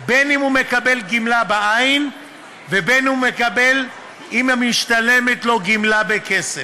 בין שהוא מקבל גמלה בעין ובין שמשתלמת לו גמלה בכסף.